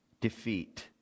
defeat